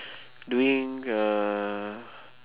doing uh